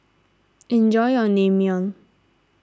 enjoy your Naengmyeon